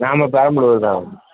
ஆமாம் பெரம்பலூர் தான்